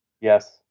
Yes